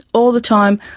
all the time,